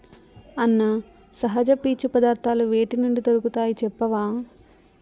అన్నా, సహజ పీచు పదార్థాలు వేటి నుండి దొరుకుతాయి చెప్పవా